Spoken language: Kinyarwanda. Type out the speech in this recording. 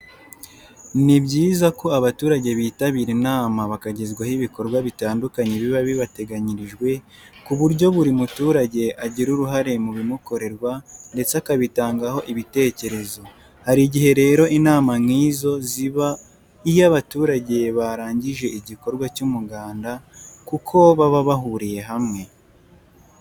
Ni byiza ko abaturage bitabira inama bakagezwaho ibikorwa bitandukanye biba bibateganirijwe ku buryo buri muturage agira uruhare mu bimukorerwa ndetse akabitangaho ibitekerezo. Hari igihe rero inama nk'izo ziba iyo abaturage barangije igikorwa cy'umuganda kuko baba bahuriye hamwe.